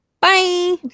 Bye